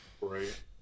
right